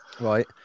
Right